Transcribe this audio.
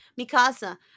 mikasa